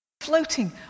floating